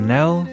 Nell